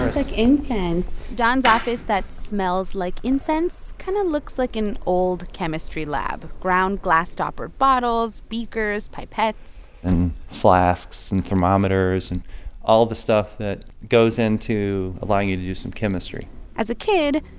like incense. don's office, that smells like incense, kind of looks like an old chemistry lab ground glass stopper bottles, beakers, pipettes and flasks and thermometers and all the stuff that goes into allowing you to do some chemistry as a kid,